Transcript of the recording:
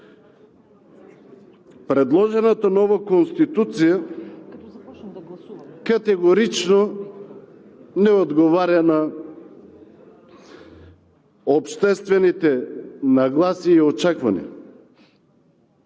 Предложената нова Конституция категорично не отговаря на обществените нагласи и очаквания.